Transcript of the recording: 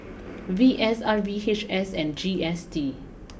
V S R V H S and G S T